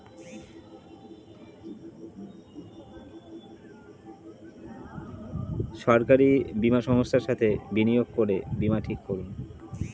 সরকারি বীমা সংস্থার সাথে যোগাযোগ করে বীমা ঠিক করুন